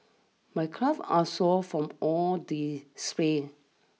my calf are sore from all the sprints